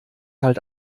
halt